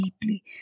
deeply